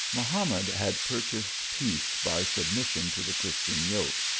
mahamad had purchased peace by submission to the christian yoke,